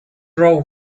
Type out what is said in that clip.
row